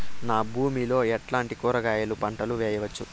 నా భూమి లో ఎట్లాంటి కూరగాయల పంటలు వేయవచ్చు?